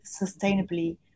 sustainably